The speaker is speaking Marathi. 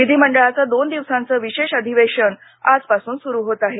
विधीमंडळाचं दोन दिवसांचं विशेष अधिवेशन आजपासून सुरु होत आहे